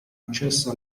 accesso